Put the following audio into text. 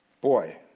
Boy